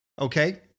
Okay